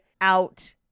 out